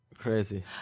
Crazy